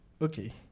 Okay